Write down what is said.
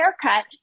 haircut